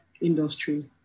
industry